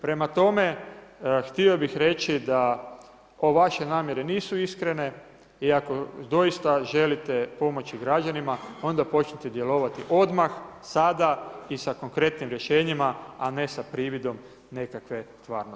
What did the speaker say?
Prema tome, htio bih reći vaše namjere nisu iskrene i ako doista želite pomoći građanima onda počnite djelovati odmah sada i sa konkretnim rješenjima, a ne sa prividom nekakve stvarnosti.